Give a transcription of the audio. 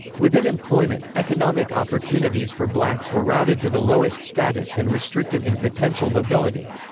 within employment, economic opportunities for blacks were routed to the lowest-status and restrictive in potential mobility.